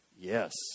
yes